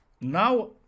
now